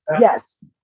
yes